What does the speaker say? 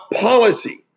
policy